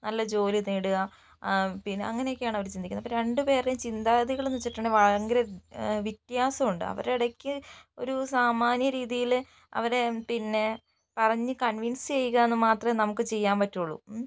നല്ല ജോലി നേടുക പിന്നെ അങ്ങനെയൊക്കയാണ് അവർ ചിന്തിക്കുന്നത് രണ്ടുപേരുടേയും ചിന്താഗതികളെന്നു വെച്ചിട്ടുണ്ടെങ്കിൽ ഭയങ്കര വിത്യാസമുണ്ട് അവരുടെ ഇടയ്ക്ക് ഒരു സാമാന്യരീതിയില് അവരെ പിന്നെ പറഞ്ഞു കൺവിൻസ് ചെയ്യുകാന്നു മാത്രേ നമുക്ക് ചെയ്യാൻ പറ്റുള്ളൂ